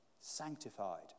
sanctified